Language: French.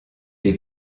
des